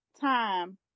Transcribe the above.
time